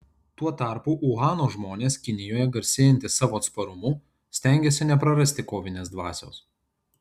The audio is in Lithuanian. tuo tarpu uhano žmonės kinijoje garsėjantys savo atsparumu stengiasi neprarasti kovinės dvasios